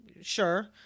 sure